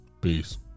Peace